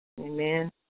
Amen